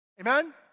Amen